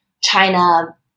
China